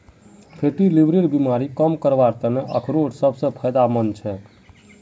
fatty लीवरेर बीमारी कम करवार त न अखरोट सबस फायदेमंद छेक